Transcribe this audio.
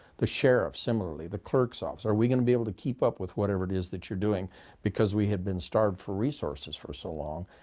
the sheriff, similarly, the clerk's office are we going to be able to keep up with whatever it is that you're doing because we have been starved for resources for so long.